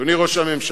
אדוני ראש הממשלה,